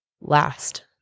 last